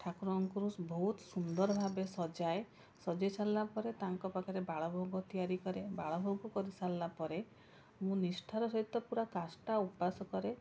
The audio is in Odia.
ଠାକୁରଙ୍କର ବହୁତ ସୁନ୍ଦର ଭାବରେ ସଜାଏ ସଜେଇ ସାରିଲାପରେ ତାଙ୍କ ପାଖରେ ବାଳଭୋଗ ତିଆରି କରେ ବାଳଭୋଗ କରିସାରିଲା ପରେ ମୁଁ ନିଷ୍ଠାର ସହିତ ପୁରା କାଷ୍ଟା ଉପାସ କରେ